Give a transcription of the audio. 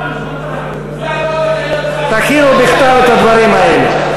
עכשיו הצבענו, תכינו בכתב את הדברים האלה.